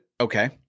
Okay